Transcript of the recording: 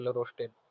roasted